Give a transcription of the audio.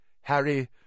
Harry